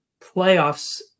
playoffs